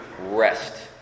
rest